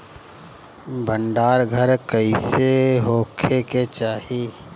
भंडार घर कईसे होखे के चाही?